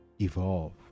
evolve